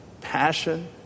passion